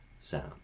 sound